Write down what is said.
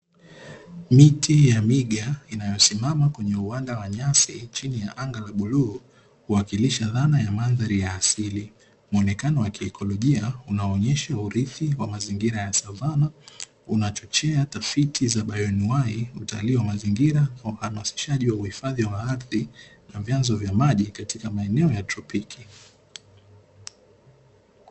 Chupa kadhaa za kuhifadhi dawa za asili zikiwa zimewekwa kwenye meza tayari kwa kuuzwa kwa wateja ambao wana uhitaji wa dawa hizo